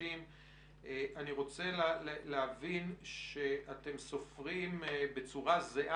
אני רוצה לעבור לסעיף ב' במצע לדיון